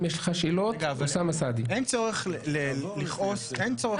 אין צורך לכעוס עלינו,